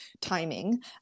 timing